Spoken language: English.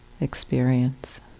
experience